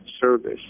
service